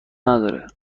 ندارد